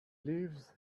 lives